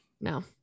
no